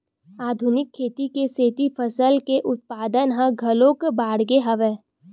आधुनिक खेती के सेती फसल के उत्पादन ह घलोक बाड़गे हवय